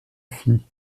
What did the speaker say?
fis